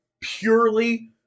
purely